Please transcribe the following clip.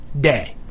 day